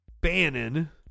Bannon